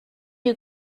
you